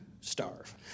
starve